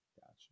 Gotcha